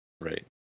Right